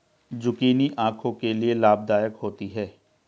zucchini आंखों के लिए लाभदायक होती है